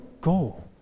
Go